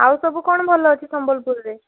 ଆଉ ସବୁ କ'ଣ ଭଲ ଅଛି ସମ୍ବଲପୁରରେ